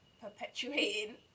perpetuating